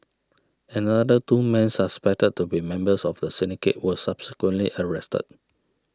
another two men suspected to be members of the syndicate were subsequently arrested